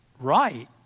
right